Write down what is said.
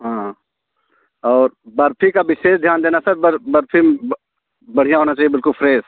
हाँ हाँ और बर्फी का विशेष ध्यान देना सर बर बर्फी बढ़िया होना चाहिए बिल्कुल फ्रेस